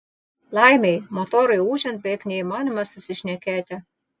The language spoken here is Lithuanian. laimei motorui ūžiant beveik neįmanoma susišnekėti